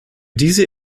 diese